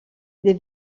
des